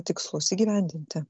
tikslus įgyvendinti